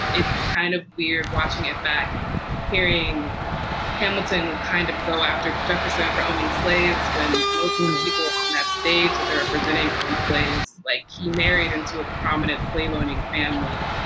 it's kind of weird watching it back and hearing hamilton kind of go after jefferson for owning slaves when most of of the people on that stage that they're representing own slaves like he married into a prominent slave owning family,